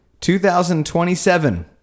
2027